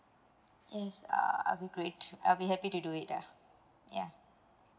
yes uh I'll be great I'll be happy to do it lah ya